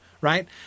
right